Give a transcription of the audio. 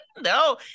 No